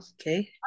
Okay